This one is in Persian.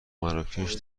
مراکش